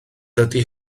dydy